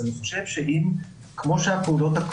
אני חושב שכמו שהפעולות,